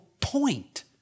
point